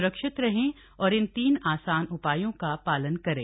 सुरक्षित रहें और इन तीन आसान उपायों का पालन करें